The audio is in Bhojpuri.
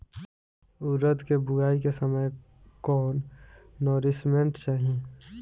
उरद के बुआई के समय कौन नौरिश्मेंट चाही?